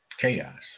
chaos